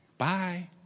bye